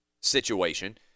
situation